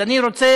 אז אני רוצה